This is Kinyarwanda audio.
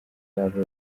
yabo